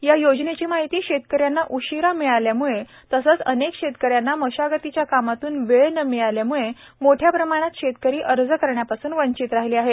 या योजनेची माहिती शेतकऱ्यांना उशीरा मिळाल्यामुळे तसेच अनेक शेतकऱ्यांना मशागतीच्या कामातून वेळ न मिळाल्यामुळे मोठया प्रमाणात शेतकरी अर्ज करण्यापासून वंचित राहीले आहे